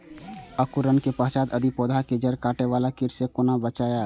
अंकुरण के पश्चात यदि पोधा के जैड़ काटे बाला कीट से कोना बचाया?